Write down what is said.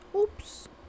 Oops